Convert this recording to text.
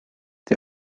die